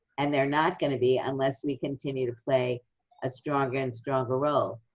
and they're not going to be unless we continue to play a stronger and stronger role.